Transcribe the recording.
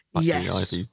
Yes